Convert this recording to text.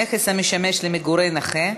נכס המשמש למגורי נכה),